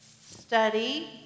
study